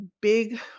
big